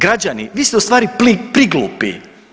Građani, vi ste ustvari priglupi.